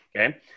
Okay